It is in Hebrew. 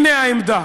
הנה העמדה: